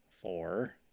four